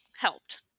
helped